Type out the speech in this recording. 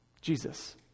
Jesus